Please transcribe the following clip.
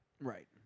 Right